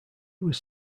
was